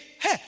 hey